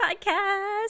podcast